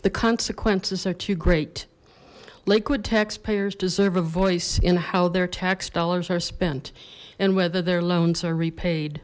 the consequences are too great lakewood taxpayers deserve a voice in how their tax dollars are spent and whether their loans are repaid